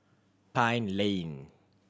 Pine Lane